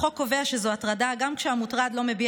החוק קובע שזו הטרדה גם כשהמוטרד לא מביע